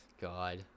God